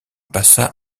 passa